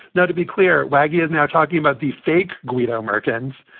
now, to be clear, wagdy is now talking about the fake guido merkins,